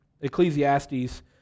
Ecclesiastes